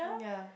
ya